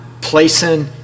placing